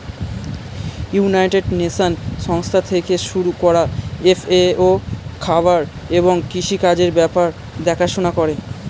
United Nations সংস্থা থেকে শুরু করা এফ.এ.ও খাবার এবং কৃষি কাজের ব্যাপার দেখাশোনা করে